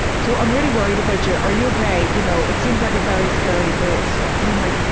so i'm really worried about you, are you okay, you know, it seems like a very scary place. and i'm like,